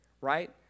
right